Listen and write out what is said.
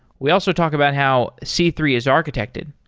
we also talk about how c three is architected.